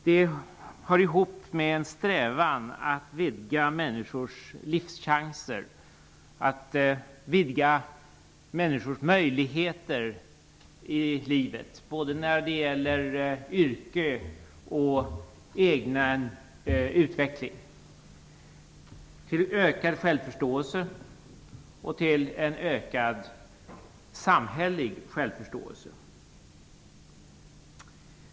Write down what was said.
Det hör ihop med en strävan att vidga människors livschanser och människors möjligheter i livet när det gäller yrke och till egen utveckling, ökad självförståelse och ökad samhällelig självförståelse.